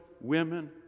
women